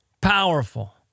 powerful